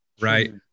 Right